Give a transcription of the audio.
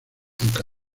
aunque